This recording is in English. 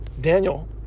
Daniel